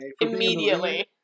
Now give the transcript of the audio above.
Immediately